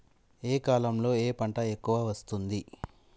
ఏ కాలంలో ఏ పంట ఎక్కువ వస్తోంది?